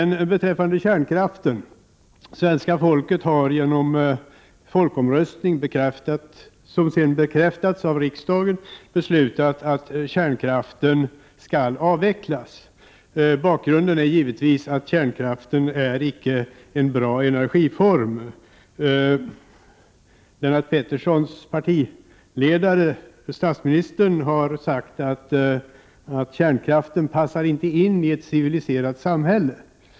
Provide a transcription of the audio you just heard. När det gäller kärnkraften har svenska folket genom en folkomröstning, vilket sedan bekräftats av riksdagen, uttalat att den skall avvecklas. Bakgrunden är givetvis att kärnkraften icke är någon bra energiform. Statsministern, Lennart Petterssons partiledare, har sagt att kärnkraften inte passar in i ett civiliserat samhälle.